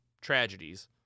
tragedies